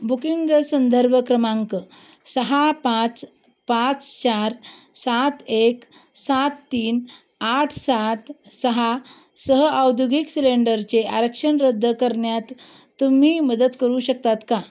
booking संदर्भ क्रमांक सहा पाच पाच चार सात एक सात तीन आठ सात सहा सह औद्योगिक सिलेंडरचे आरक्षण रद्द करण्यात तुम्ही मदत करू शकतात का